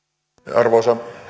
arvoisa